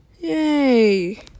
yay